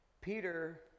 Peter